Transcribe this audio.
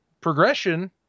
progression